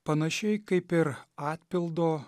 panašiai kaip ir atpildo